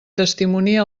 testimonia